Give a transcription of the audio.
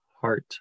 heart